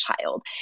child